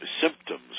symptoms